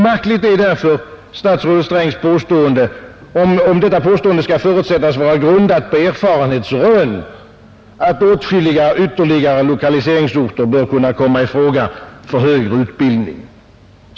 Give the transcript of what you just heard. Märkligt är därför statsrådet Strängs påstående — om nu detta påstående skall förutsättas vara grundat på erfarenhetsrön — att ytterligare åtskilliga lokaliseringsorter bör kunna komma i fråga för högre utbildning.